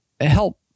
help